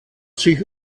sich